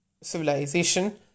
civilization